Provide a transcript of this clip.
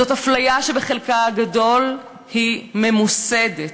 זאת אפליה שבחלקה הגדול היא ממוסדת.